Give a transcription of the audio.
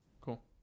Cool